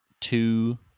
two